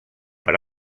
per